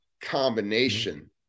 combination